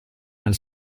nel